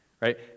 right